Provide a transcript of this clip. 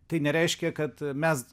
tai nereiškia kad mes